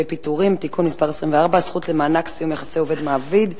פיטורים (תיקון מס' 24) (הזכות למענק סיום יחסי עובד ומעביד),